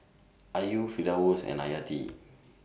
Ayu Firdaus and Hayati